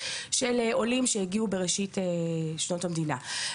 של עולים שהגיעו בראשית שנות המדינה.